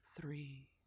three